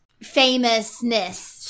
famousness